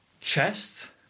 chest